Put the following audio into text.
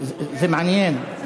זה מעניין,